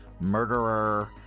murderer